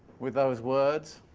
with those words.